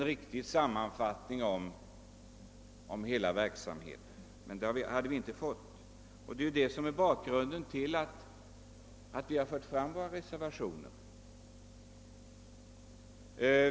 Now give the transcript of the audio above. Vi hade inte fått någon verklig sammanfattning av hela verksamheten, och det är bakgrunden till våra reservationer.